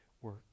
work